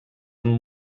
amb